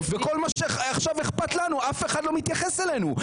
וכל מה שאכפת לנו עכשיו, אף אחד לא מתייחס אלינו.